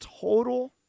total